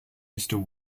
weston